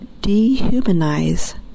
dehumanize